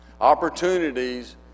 Opportunities